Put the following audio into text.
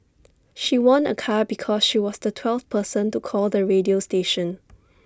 she won A car because she was the twelfth person to call the radio station